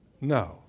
No